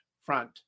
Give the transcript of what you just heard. front